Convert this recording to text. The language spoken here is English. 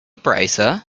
bracer